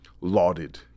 lauded